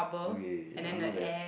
okay I know that